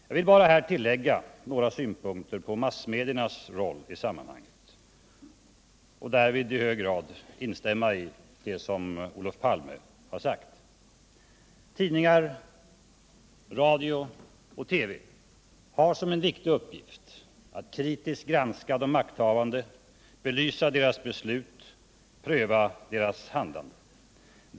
Jag vill bara här tillägga några synpunkter på massmediernas roll i sammanhanget och därvid i hög grad instämma i det som Olof Palme sagt. Tidningar, radio och TV har som en viktig uppgift att kritiskt granska de makthavande, belysa deras beslut, pröva deras handlande.